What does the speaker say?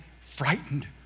frightened